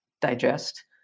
digest